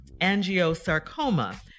angiosarcoma